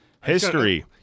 History